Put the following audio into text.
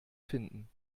finden